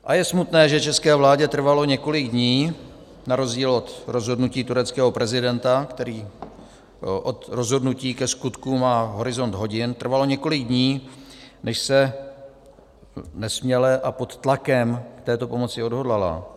A je smutné, že české vládě trvalo několik dní na rozdíl od rozhodnutí tureckého prezidenta, který od rozhodnutí ke skutku má horizont hodin, trvalo několik dní, než se nesměle a pod tlakem k této pomoci odhodlala.